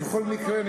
הפילו עליך את התיק.